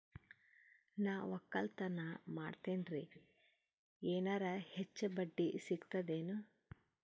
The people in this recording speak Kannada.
ನಾ ಒಕ್ಕಲತನ ಮಾಡತೆನ್ರಿ ಎನೆರ ಹೆಚ್ಚ ಬಡ್ಡಿ ಸಿಗತದೇನು?